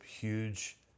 huge